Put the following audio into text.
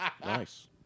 nice